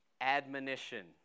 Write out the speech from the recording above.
admonition